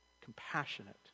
compassionate